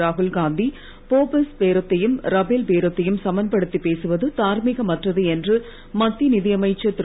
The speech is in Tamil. ராகுல்காந்தி போஃபர்ஸ் பேரத்தையும் ரபேல் பேரத்தையும் சமன்படுத்திப் பேசுவது தார்மீகமற்றது என்று மத்திய நிதி அமைச்சர் திரு